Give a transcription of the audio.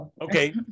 Okay